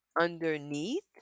underneath